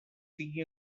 sigui